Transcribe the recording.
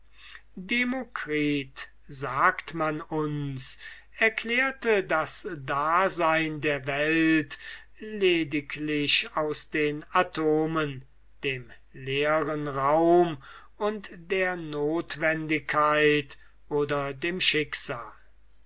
demokritus sagt man uns erklärte das dasein der welt lediglich aus den atomen dem leeren raum und der notwendigkeit oder dem schicksal